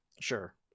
Sure